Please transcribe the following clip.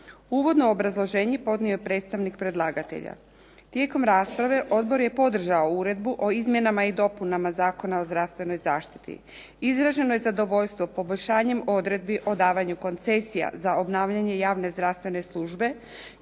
Uvodno obrazloženje podnio je predstavnik predlagatelja. Tijekom rasprave odbor je podržao Uredbu o izmjenama i dopunama Zakona o zdravstvenoj zaštiti. Izraženo je zadovoljstvo poboljšanjem odredbi o davanju koncesija za obnavljanje javne zdravstvene službe